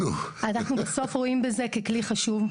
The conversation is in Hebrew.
אנחנו בסוף רואים בזה כלי חשוב,